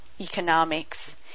economics